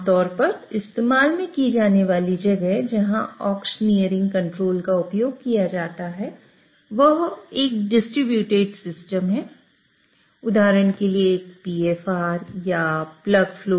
आम तौर पर इस्तेमाल की जाने वाली जगह जहां ऑक्शनियरिंग कंट्रोल